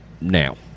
now